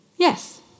Yes